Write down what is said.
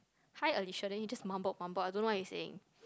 hi Alicia then he just mumbled mumbled I don't know what he saying